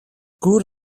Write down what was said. gŵr